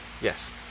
Yes